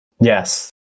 Yes